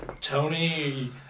Tony